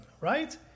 Right